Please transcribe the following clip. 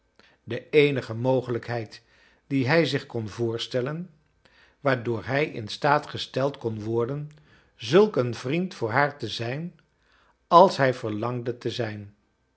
de eenige mogelijkheid die hij zich kon voorstellen waardoor hij in staat gesteld kon worden zulk een vriend voor haar te zijn als hij verlangde te zijn